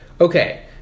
okay